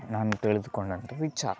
ನಾನು ತಿಳಿದುಕೊಂಡಂಥ ವಿಚಾರ